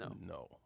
No